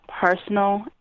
personal